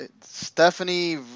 Stephanie